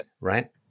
right